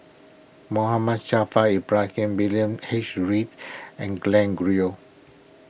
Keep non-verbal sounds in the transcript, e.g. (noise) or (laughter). Muhammad (unintelligible) Ibrahim William H Read and Glen (unintelligible)